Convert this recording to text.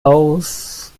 aus